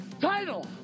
title